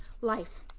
life